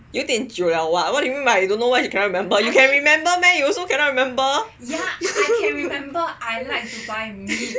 有点久 liao [what] what do you mean by you don't know why she cannot remember you can remember meh you also cannot rememeber